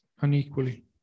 unequally